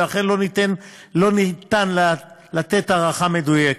ולכן לא ניתן לתת הערכה מדויקת.